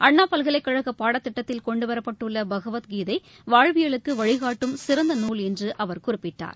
அண்ணா பல்கலைக்கழக பாடத்திட்டத்தில் கொண்டுவரப்பட்டுள்ள பகவத் கீதை வாழ்வியலுக்கு வழிகாட்டும் சிறந்த நூல் என்று அவர் குறிப்பிட்டார்